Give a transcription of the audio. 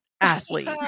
athlete